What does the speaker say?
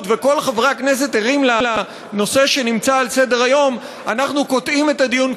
וכל חברי הכנסת ערים לנושא שנמצא על סדר-היום ואנחנו קוטעים את הדיון,